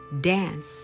dance